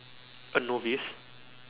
a novice